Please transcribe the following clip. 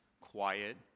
quiet